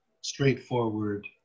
straightforward